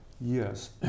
Yes